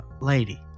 lady